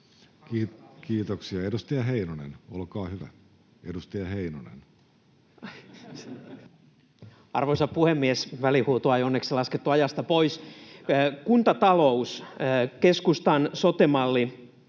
Kiitoksia. — Edustaja Heinonen, olkaa hyvä. Arvoisa puhemies! Välihuutoa ei onneksi laskettu ajasta pois. — Kuntatalous, keskustan sote-malli,